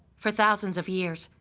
for thousands of years,